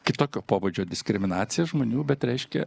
kitokio pobūdžio diskriminacija žmonių bet reiškia